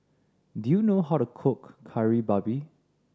do you know how to cook Kari Babi